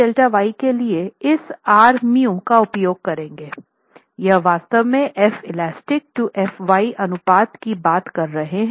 तो Δu से Δy के लिए इस Rμ का उपयोग करके हम वास्तव में Felastic to Fy अनुपात की बात कर रहे हैं